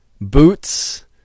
Boots